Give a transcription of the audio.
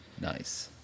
nice